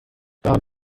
waren